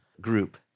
group